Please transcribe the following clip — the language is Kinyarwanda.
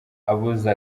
abuza